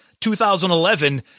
2011